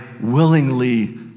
willingly